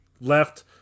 left